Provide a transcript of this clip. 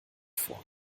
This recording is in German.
vor